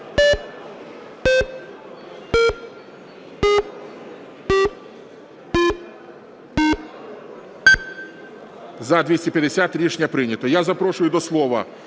За-250 Рішення прийнято. Я запрошую до слова